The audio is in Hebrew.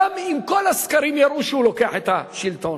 גם אם כל הסקרים יראו שהוא לוקח את השלטון,